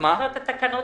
זוכר את התקנות